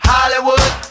Hollywood